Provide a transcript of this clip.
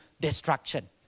destruction